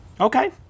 Okay